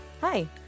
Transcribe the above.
Hi